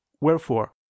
wherefore